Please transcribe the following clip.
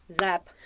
Zap